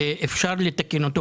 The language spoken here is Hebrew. אפשר לתקן,